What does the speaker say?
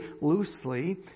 loosely